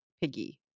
Piggy